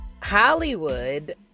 Hollywood